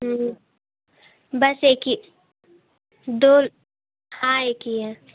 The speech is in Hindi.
बस एक ही दो हाँ एक ही है